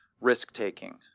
risk-taking